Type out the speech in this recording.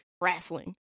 wrestling